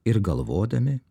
ir galvodami